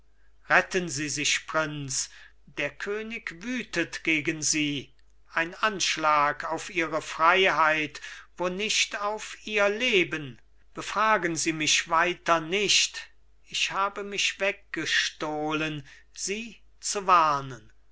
retten sie sich prinz der könig wütet gegen sie ein anschlag auf ihre freiheit wo nicht auf ihr leben befragen sie mich weiter nicht ich habe mich weggestohlen sie zu warnen